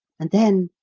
and then,